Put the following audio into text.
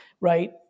right